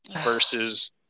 versus